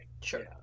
Sure